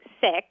six